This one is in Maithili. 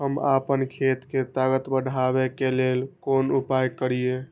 हम आपन खेत के ताकत बढ़ाय के लेल कोन उपाय करिए?